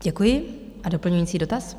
Děkuji a doplňující dotaz.